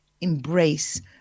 embrace